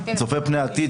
צופה פני עתיד,